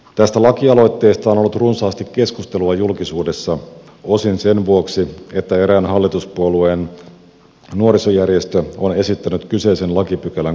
tästä lakialoitteesta on ollut runsaasti keskustelua julkisuudessa osin sen vuoksi että erään hallituspuolueen nuorisojärjestö on esittänyt kyseisen lakipykälän kumoamista kokonaan